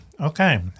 Okay